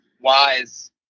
wise